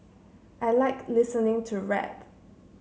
I like listening to rap